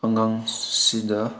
ꯑꯉꯥꯡꯁꯤꯡꯗ